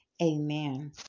amen